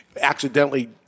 accidentally